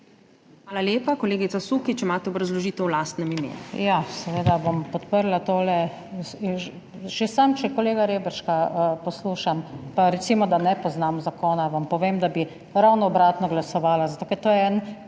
Hvala lepa. Kolegica Sukič, imate obrazložitev v lastnem imenu.